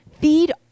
feed